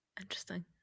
Interesting